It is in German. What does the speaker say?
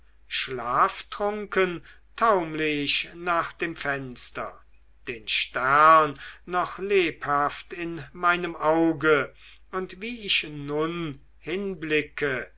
schlaftrunken taumle ich nach dem fenster den stern noch lebhaft in meinem auge und wie ich nun hinblicke